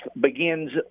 begins